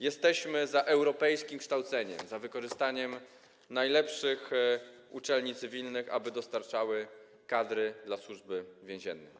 Jesteśmy za europejskim kształceniem, za wykorzystaniem najlepszych uczelni cywilnych do tego, aby dostarczały kadr dla Służby Więziennej.